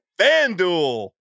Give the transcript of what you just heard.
FanDuel